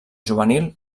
juvenil